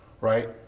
right